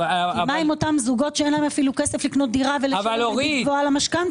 כי אותם זוגות שאין להם כסף לקנות דירה ולשלם ריבית גבוהה על המשכנתא